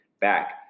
back